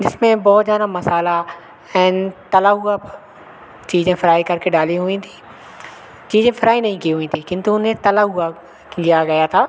जिसमें बहुत ज़्यादा मसाला ये तला हुआ चीज़ें फ़्राई करके डाली हुईं थी चीज़ें फ़्राई नहीं की हुई थीं किन्तु उन्हें तला हुआ लिया गया था